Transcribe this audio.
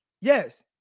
yes